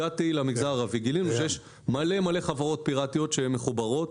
הגעתי למגזר הערבי וגילינו שיש המון חברות פירטיות שמחוברות,